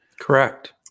Correct